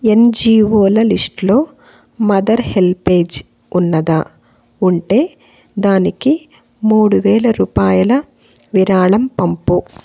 ఎన్జీఓల లిస్టులో Mother HelpAge ఉన్నదా ఉంటే దానికి మూడు వేల రూపాయల విరాళం పంపు